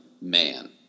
man